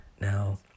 Now